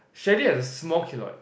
Sheralyn has a small keloid